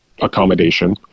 accommodation